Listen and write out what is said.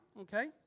Okay